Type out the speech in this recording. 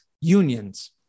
Unions